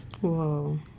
Whoa